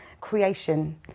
creation